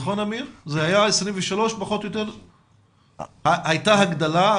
מספר המפקחים עומד על 23. הייתה הגדלה?